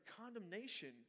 condemnation